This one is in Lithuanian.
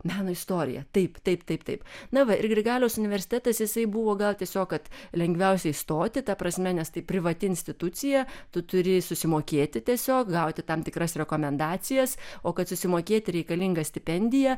meno istorija taip taip taip taip na va ir grigaliaus universitetas jisai buvo gal tiesiog kad lengviausia įstoti ta prasme nes tai privati institucija tu turi susimokėti tiesiog gauti tam tikras rekomendacijas o kad susimokėti reikalinga stipendija